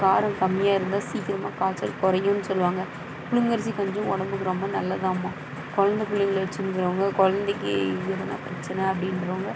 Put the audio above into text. காரம் கம்மியாக இருந்தால் சீக்கிரமாக காய்ச்சல் குறையுன்னு சொல்லுவாங்க புழுங்கரிசி கொஞ்சம் உடம்புக்கு ரொம்ப நல்லதாமா குழந்த பிள்ளைங்கள வச்சுன்ருக்கறவங்க குழந்தைக்கி எதனா பிரச்சின அப்படின்றவங்க